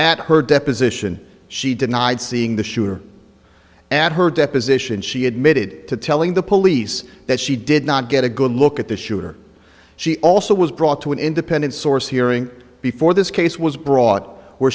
at her deposition she denied seeing the shooter and her deposition she admitted to telling the police that she did not get a good look at the shooter she also was brought to an independent source hearing before this case was bro